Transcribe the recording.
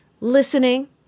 Listening